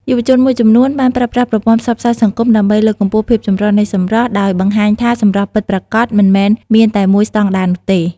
យុវជនមួយចំនួនបានប្រើប្រាស់ប្រព័ន្ធផ្សព្វផ្សាយសង្គមដើម្បីលើកកម្ពស់ភាពចម្រុះនៃសម្រស់ ដោយបង្ហាញថាសម្រស់ពិតប្រាកដមិនមែនមានតែមួយស្តង់ដារនោះទេ។